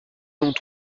dont